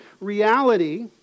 reality